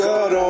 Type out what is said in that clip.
God